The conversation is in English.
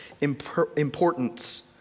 importance